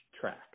track